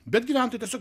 bet gyventojai tiesiog